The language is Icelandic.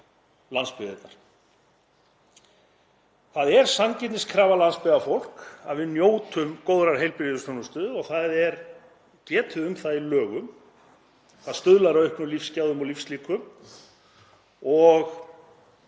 landsbyggðirnar. Það er sanngirniskrafa landsbyggðarfólks að við njótum góðrar heilbrigðisþjónustu og það er getið um það í lögum. Það stuðlar að auknum lífsgæðum og lífslíkum og